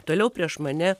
toliau prieš mane